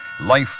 Life